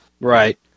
Right